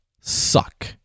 suck